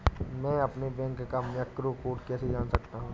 मैं अपने बैंक का मैक्रो कोड कैसे जान सकता हूँ?